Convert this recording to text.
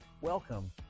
welcome